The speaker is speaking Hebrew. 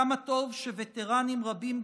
כמה טוב שווטרנים רבים,